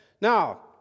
Now